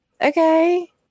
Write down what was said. okay